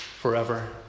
forever